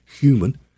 human